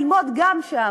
גם כן ללמוד שם,